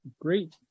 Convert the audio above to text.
great